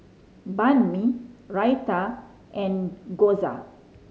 Banh Mi Raita and Gyoza